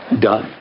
Done